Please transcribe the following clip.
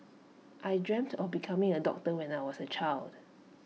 I dreamt of becoming A doctor when I was A child